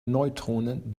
neutronen